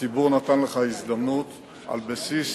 הציבור נתן לך הזדמנות על בסיס